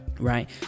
Right